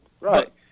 Right